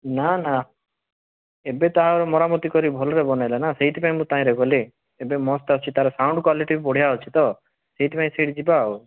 ନା ନା ଏବେ ତା ମରାମତି କରି ଭଲରେ ବନେଇଲା ନା ସେଇଥିପାଇଁ ମୁଁ ତାହିଁରେ କଲି ଏବେ ମସ୍ତ୍ ଅଛି ତା'ର ସାଉଣ୍ଡ୍ କ୍ୱାଲିଟି ବି ବଢ଼ିଆ ଅଛି ତ ସେଇଥିପାଇଁ ସେଇଠି ଯିବା ଆଉ